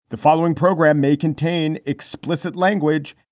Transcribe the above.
the following program may contain explicit language